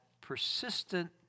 persistent